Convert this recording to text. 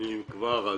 אם כבר.